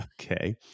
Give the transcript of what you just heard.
Okay